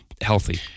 healthy